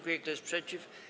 Kto jest przeciw?